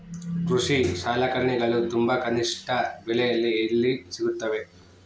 ಕೃಷಿ ಸಲಕರಣಿಗಳು ತುಂಬಾ ಕನಿಷ್ಠ ಬೆಲೆಯಲ್ಲಿ ಎಲ್ಲಿ ಸಿಗುತ್ತವೆ?